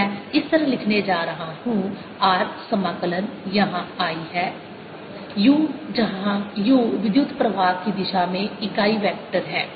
मैं इस तरह लिखने जा रहा हूं r समाकलन यहाँ I है u जहां u विद्युत प्रवाह की दिशा में इकाई वेक्टर है